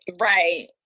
Right